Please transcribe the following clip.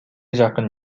жакын